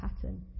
pattern